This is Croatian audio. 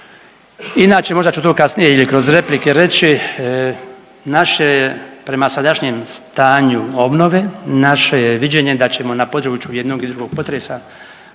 Inače možda ću to kasnije kroz replike reći, naše je prema sadašnjem stanju obnove naše je viđenje da ćemo na području jednog i drugog potresa